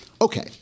Okay